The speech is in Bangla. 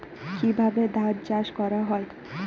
কিভাবে ধান চাষ করা হয়?